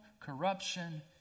corruption